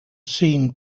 scene